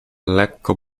lekko